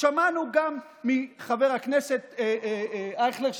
שמענו גם מחבר הכנסת אייכלר,